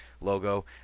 logo